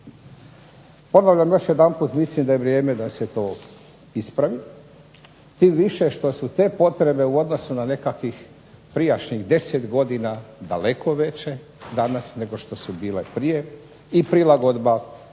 Ponavljam još jedanput, mislim da je vrijeme da se to ispravi, tim više što su te potrebe u odnosu na nekakvih prijašnjih 10 godina daleko veće danas nego što su bile prije, i prilagodba